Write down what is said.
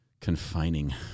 confining